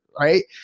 Right